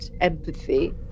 empathy